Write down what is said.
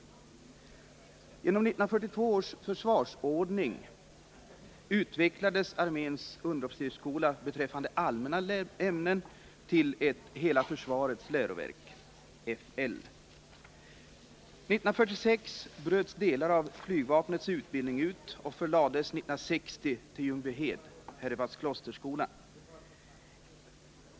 Genom 1942 års försvarsordning utvecklades arméns underofficersskola beträffande allmänna ämnen till ett hela försvarets läroverk, FL. 1946 bröts delar av flygvapnets utbildning ut och förlades 1960 till Ljungbyhed, Herrevadsklosterskolan.